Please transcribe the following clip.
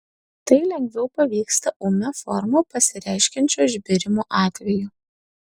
tai lengviau pavyksta ūmia forma pasireiškiančio išbėrimo atveju